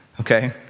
okay